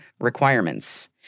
requirements